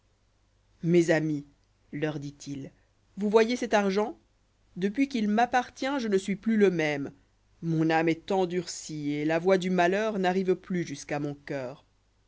mes amis leur dit-il vous voyez cet argent depuis qu'il m'appartient je ne suis plus le même mon âme est endurcie et la voix du malheur n'arrive plus jusqu'à mon coeur